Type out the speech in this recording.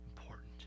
important